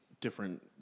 different